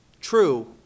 True